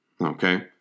Okay